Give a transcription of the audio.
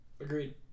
Agreed